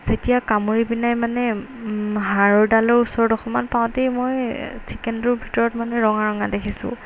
যেতিয়া কামুৰি পিনাই মানে হাৰডালৰ ওচৰত অকণমান পাওঁতেই মই চিকেনটোৰ ভিতৰত মানে ৰঙা ৰঙা দেখিছোঁ